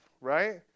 right